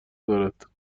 دارد